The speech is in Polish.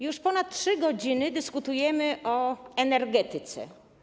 Już ponad 3 godziny dyskutujemy o energetyce.